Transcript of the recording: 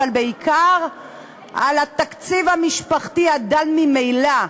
אבל בעיקר על התקציב המשפחתי הדל ממילא.